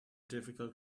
difficult